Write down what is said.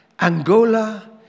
Angola